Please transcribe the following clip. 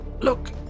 Look